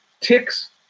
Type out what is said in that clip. ticks